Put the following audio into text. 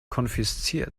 konfisziert